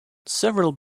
several